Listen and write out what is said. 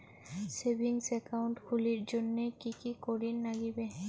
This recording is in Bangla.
সেভিঙ্গস একাউন্ট খুলির জন্যে কি কি করির নাগিবে?